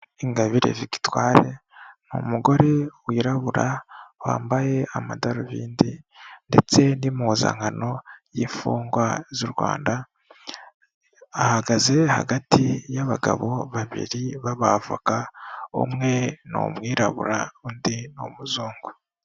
Ingabire Victoire ni umugore wirabura wambaye amadarubindi ndetse n'impuzankano y'imfungwa z'u Rwanda, ahagaze hagati y'abagabo babiri b'abavoka umwe ni umwirabura undi ni umuzungu.